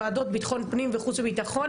בטחון פנים וחוץ ובטחון,